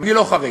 אני לא חרד.